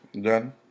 Done